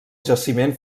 jaciment